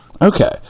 Okay